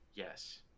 Yes